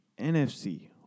NFC